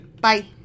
Bye